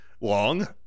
Long